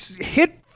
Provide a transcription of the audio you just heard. hit